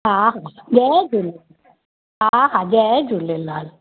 हा हा जय झूले हा हा जय झूलेलाल